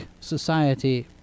Society